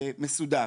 המשמעויות.